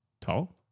tall